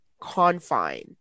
confine